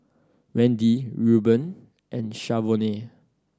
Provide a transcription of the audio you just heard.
Wendi Reuben and Shavonne